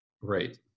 Right